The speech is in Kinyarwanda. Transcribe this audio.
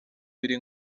biri